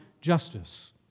justice